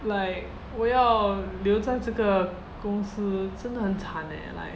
like 我要留在这个公司真的很惨 eh like